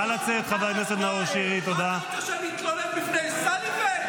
-- שאתם יודעים אותה.